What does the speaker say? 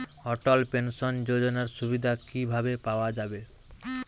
অটল pension যোজনার সুবিধা কি ভাবে পাওয়া যাবে?